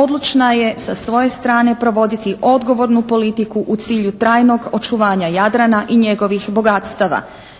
odlučna je sa svoje strane provoditi odgovornu politiku u cilju trajnog očuvanja Jadrana i njegovih bogatstava,